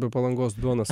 be palangos duonos